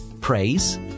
praise